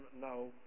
No